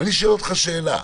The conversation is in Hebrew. אני שואל אותך שאלה.